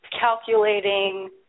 calculating